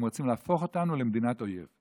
הם רוצים להפוך אותנו למדינת אויב.